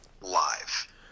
live